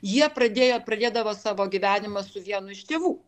jie pradėjo pradėdavo savo gyvenimą su vienu iš tėvų